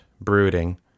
brooding